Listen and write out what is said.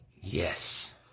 Yes